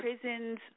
prisons